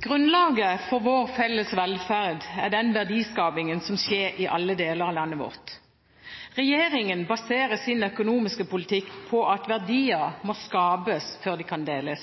Grunnlaget for vår felles velferd er den verdiskapingen som skjer i alle deler av landet vårt. Regjeringen baserer sin økonomiske politikk på at verdier må skapes før de kan deles.